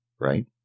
right